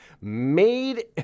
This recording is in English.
Made